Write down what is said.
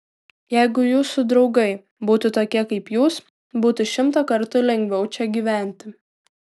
jeigu jūsų draugai būtų tokie kaip jūs būtų šimtą kartų lengviau čia gyventi